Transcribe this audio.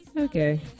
Okay